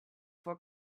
for